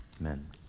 Amen